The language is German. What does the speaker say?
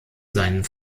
seinen